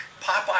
Popeye